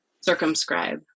circumscribe